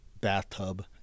bathtub